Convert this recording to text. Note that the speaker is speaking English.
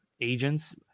agents